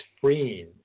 freeing